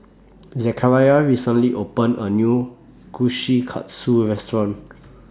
Zachariah recently opened A New Kushikatsu Restaurant